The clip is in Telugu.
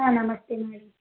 నమస్తే మేడం